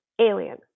alien